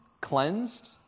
cleansed